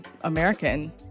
American